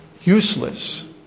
useless